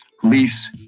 Police